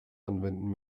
anwenden